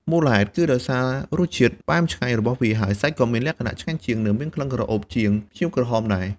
មូលហេតុគឺដោយសាររសជាតិផ្អែមឆ្ងាញ់របស់វា ហើយសាច់ក៏មានលក្ខណៈឆ្ងាញ់ជាង និងមានក្លិនក្រអូបជាងផ្ញៀវក្រហមដែរ។